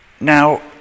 Now